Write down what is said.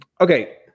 Okay